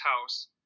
house